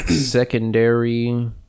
Secondary